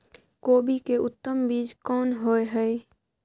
कोबी के उत्तम बीज कोन होय है?